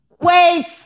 Wait